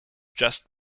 just